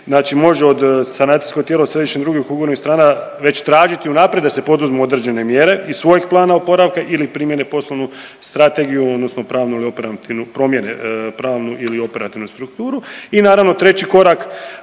može od sanacijsko tijelo središnjih i drugih ugovornih strana već tražiti unaprijed da se poduzmu određene mjere iz svojeg plana oporavka ili primjene poslovnu strategiju odnosno pravnu ili operativnu, promjene pravnu ili operativnu strukturu. I naravno treći korak